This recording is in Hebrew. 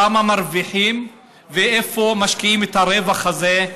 כמה מרוויחים ואיפה משקיעים את הרווח הזה,